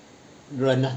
忍 ah